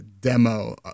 demo